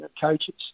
coaches